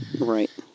Right